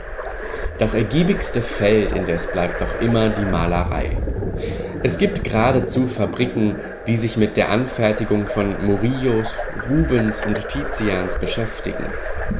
das ergiebigste feld indes bleibt doch immer die malerei es gibt geradezu fabriken die sich mit der anfertigung von murillos rubens und tizians beschäftigen